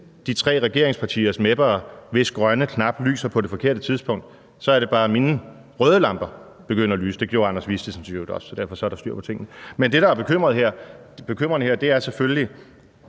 de tre regeringspartiers mep'er, hvis grønne knapper lyser på det forkerte tidspunkt, så er det bare, at mine røde lamper begynder at lyse. Det gjorde Anders Vistisens i øvrigt også, så derfor er der styr på tingene. Men det, der er bekymrende her, er selvfølgelig: